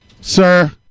Sir